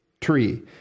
tree